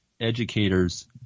Educators